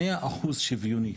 100% שוויונית,